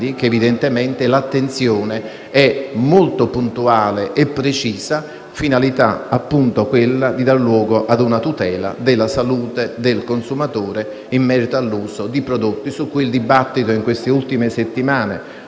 che evidentemente l'attenzione è molto puntuale e precisa e che la finalità, appunto, è tutelare la salute del consumatore in merito all'uso di prodotti su cui il dibattito di queste ultime settimane,